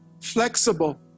flexible